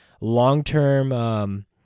long-term